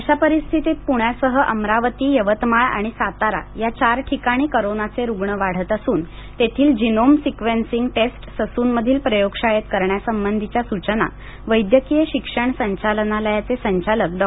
अशा परिस्थितीत पुण्यासह अमरावती यवतमाळ आणि सातारा या चार ठिकाणी करोनाचे रुग्ण वाढत असून तेथील जिनोम सिक्वेन्सिंग टेस्ट ससूनमधील प्रयोगशाळेत करण्यासंबंधीच्या सूचना वैद्यकीय शिक्षण संचालनालयाचे संचालक डॉ